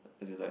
as in like